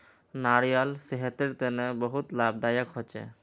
नारियाल सेहतेर तने बहुत लाभदायक होछे